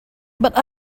but